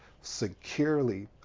securely